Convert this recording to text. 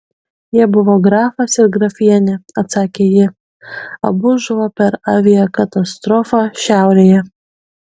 jie buvo grafas ir grafienė atsakė ji abu žuvo per aviakatastrofą šiaurėje